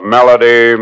Melody